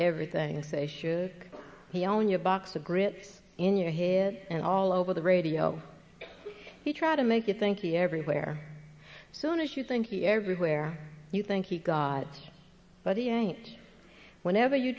everything you say shoes he own your box of grits in your head and all over the radio he try to make you think you everywhere soon as you think he everywhere you think he's god but he ain't whenever you